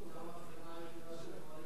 זו המסקנה,